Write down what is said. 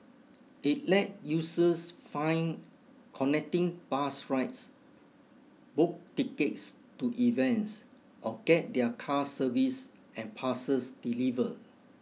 it let users find connecting bus rides book tickets to events or get their cars serviced and parcels delivered